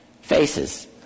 faces